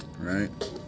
Right